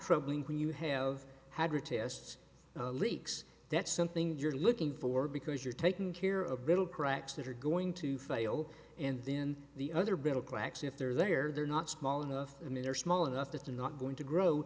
troubling when you have had retests leaks that's something you're looking for because you're taking care of little cracks that are going to fail and then the other brittle cracks if they're there they're not small enough i mean they're small enough that they're not going to grow